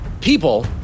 people